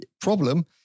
problem